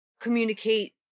communicate